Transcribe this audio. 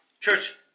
Church